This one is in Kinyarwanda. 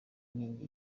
nkingi